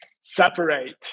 separate